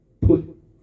Put